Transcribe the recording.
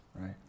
Right